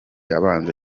abanza